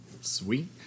sweet